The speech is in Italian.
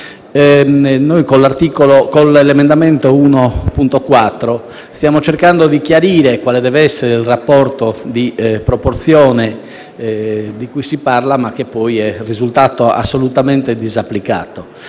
52. Con l'emendamento 1.4 stiamo cercando di chiarire quale deve essere il rapporto di proporzione di cui si parla, ma che poi è risultato assolutamente disapplicato.